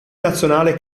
nazionale